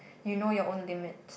you know your own limit